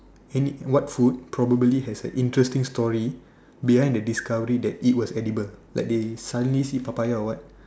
any what food probably has an interesting story behind the discovery that it was edible like they suddenly see Papaya or what